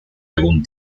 algún